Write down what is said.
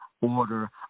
order